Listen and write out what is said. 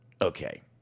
Okay